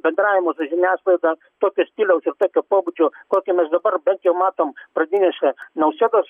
bendravimo su žiniasklaida tokio stiliaus ir tokio pobūdžio kokį mes dabar bet jau matom pradiniuose nausėdos